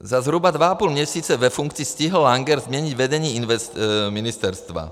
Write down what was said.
Za zhruba dva a půl měsíce ve funkci stihl Langer změnit vedení ministerstva.